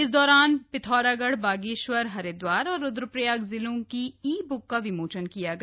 इस दौरान पिथौरागढ़ बागेश्वर हरिद्वार और रुद्रप्रयाग जिलों की ई ब्क का विमोचन किया गया